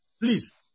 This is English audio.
Please